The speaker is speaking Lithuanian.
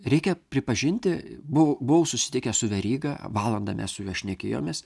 reikia pripažinti buvau buvau susitikęs su veryga valandą mes su juo šnekėjomės